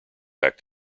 act